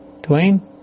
Duane